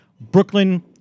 Brooklyn